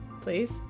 please